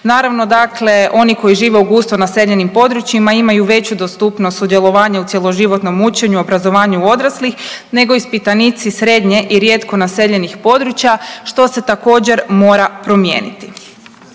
Naravno dakle oni koji žive u gusto naseljenim područjima imaju veću dostupnost sudjelovanja u cjeloživotnom učenju i obrazovanju odraslih nego ispitanici srednje i rijetko naseljenih područja, što se također mora promijeniti.